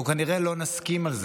אנחנו כנראה לא נסכים על זה,